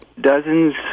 dozens